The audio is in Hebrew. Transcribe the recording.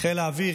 חיל האוויר,